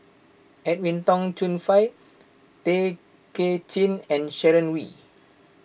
Edwin Tong Chun Fai Tay Kay Chin and Sharon Wee